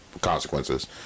consequences